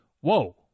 whoa